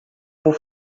por